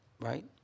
right